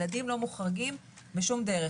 ילדים לא מוחרגים בשום דרך.